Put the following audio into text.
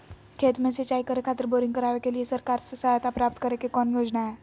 खेत में सिंचाई करे खातिर बोरिंग करावे के लिए सरकार से सहायता प्राप्त करें के कौन योजना हय?